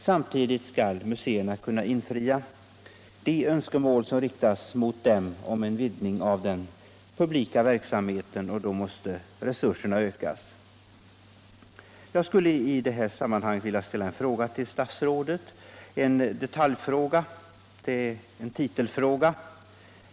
Samtidigt skall museerna kunna infria de önskemål som riktas mot dem om en vidgning av den publika verksamheten, och då måste resurserna ökas. Jag skulle i detta sammanhang vilja ställa en detaljfråga till statsrådet - en titelfråga.